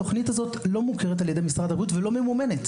התוכנית הזו לא מוכרת על ידי משרד הבריאות ולא ממומנת.